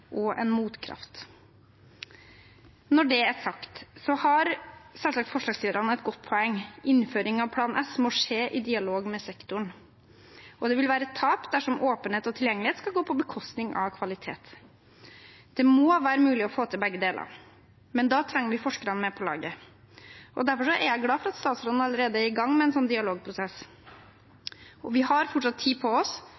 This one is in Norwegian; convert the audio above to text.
en motkraft. Når det er sagt, har forslagsstillerne et godt poeng – innføring av Plan S må skje i dialog med sektoren. Det vil være et tap dersom åpenhet og tilgjengelighet skal gå på bekostning av kvalitet, det må være mulig å få til begge deler. Men da trenger vi forskerne med på laget. Derfor er jeg glad for at statsråden allerede er i gang med en